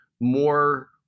more